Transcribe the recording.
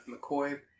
McCoy